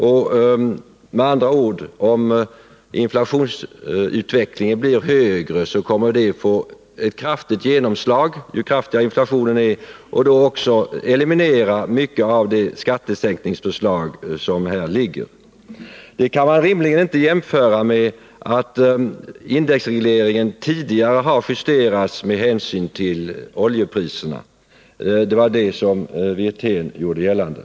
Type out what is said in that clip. Med andra ord: ju högre inflation, desto kraftigare genomslag. Det eliminerar också en stor del av effekterna av föreliggande skatteförslag. Detta kan rimligen inte jämföras med att indexregleringen tidigare har justerats med hänsyn till oljepriserna, vilket Rolf Wirtén gjorde gällande.